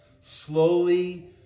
Slowly